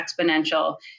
exponential